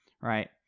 Right